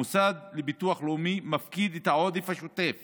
המוסד לביטוח לאומי מפקיד את העודף השוטף